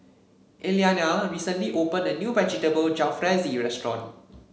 Elliana recently opened a new Vegetable Jalfrezi restaurant